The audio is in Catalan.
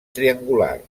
triangular